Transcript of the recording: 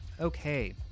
Okay